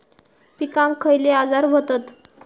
पिकांक खयले आजार व्हतत?